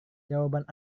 jawaban